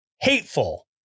hateful